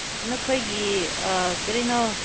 ꯅꯈꯣꯏꯒꯤ ꯀꯔꯤꯅꯣ